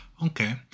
Okay